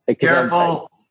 Careful